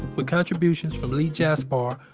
with contributions from lee jasper,